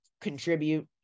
contribute